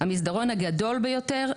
המסדרון הגדול ביותר,